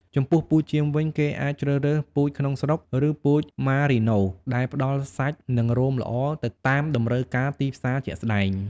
ចំពោះពូជចៀមវិញ គេអាចជ្រើសរើសពូជក្នុងស្រុក ឬពូជម៉ារីណូ ដែលផ្តល់សាច់និងរោមល្អទៅតាមតម្រូវការទីផ្សារជាក់ស្តែង។